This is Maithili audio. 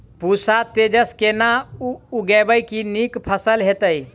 पूसा तेजस केना उगैबे की नीक फसल हेतइ?